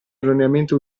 erroneamente